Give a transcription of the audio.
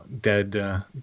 dead